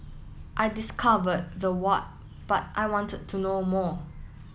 I discovered the what but I wanted to know more